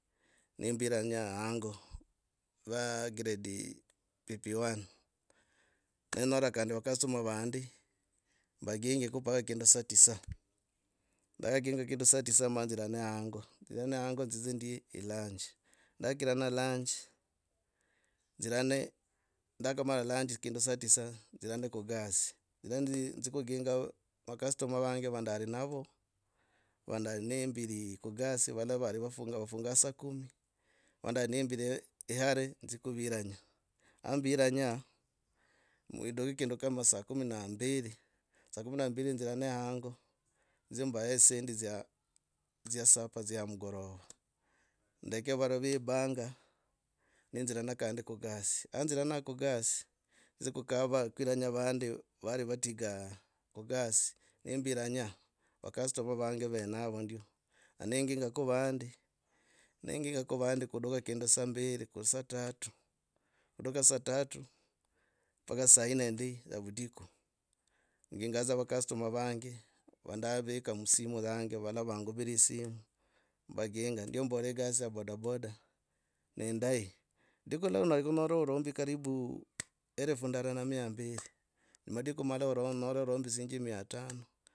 Nnembiranya hang ova grade, pp1. nenyora kandi va custmore vandi mbagigeko mpaka kindu saa tisa ndakhakinga kindu saa tisa maanzirane hango, ndakirana hako nditse ndye elunch ndakirana lunch nzirane ndakamala lunch kindu saa tisa nzirane kugasi nzi. nzi kuginga macustomer vang ova ndari navo, wa ndari nembiri kugasi valala vafunga saa kumi iva ndari nembirire hare nzi kuviranya. Hambiranya iduki kindu kama saa kumi na mbiri. saa kumi na mbiri nzirane hango nzye vano mbahe dzisendi dzya sapa dzya amukorowa ndeke vano vibanga nenzirana kandi kugasi aanzirana kugasi, dzi kukava. kuiranya vandu vari vatigare khugasi nembiranya vacustomer vange venavo ndio na nengingako vandi. nengingaka vandi kuduka. kuduka kindu saa mbiri ku saa tau, kuduka saa tatu mpaka saa nne ndi avudiku nginga dza va customer vange vandavika musimu yange valala vangubira osimu vaginga. Ndio mbola gasi ya boda boda nehindahi. Lidiku lilala onyera kunyara urombi karibu elfu ndara na mia mbiri, maduiku malala enyoro urombi dzingi mai tano.